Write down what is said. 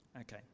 Okay